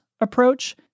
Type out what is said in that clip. approach